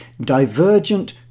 divergent